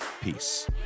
Peace